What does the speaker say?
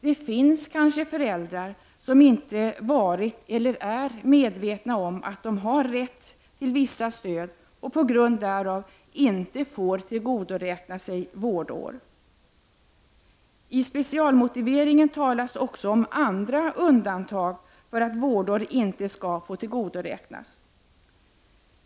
Det finns kanske föräldrar som inte har varit eller är medvetna om att de har rätt till vissa stöd och på grund därav inte får tillgodosäkra sig vårdår. I specialmotiveringen talas också om andra undantag för att vårdår inte skall få tillgodoräknas.